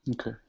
Okay